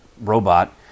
robot